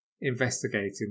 investigating